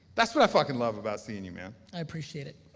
that's what i fucking love about seeing you, man. i appreciate it.